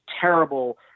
terrible